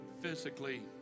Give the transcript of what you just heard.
physically